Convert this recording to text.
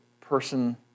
person